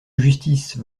justice